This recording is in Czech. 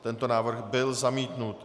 Tento návrh byl zamítnut.